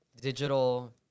Digital